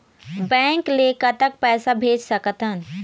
Bank ले कतक पैसा भेज सकथन?